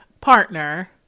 partner